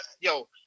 yo